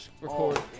record